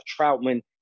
Troutman